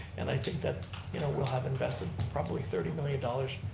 and i think that you know we'll have invested, probably, thirty million dollars,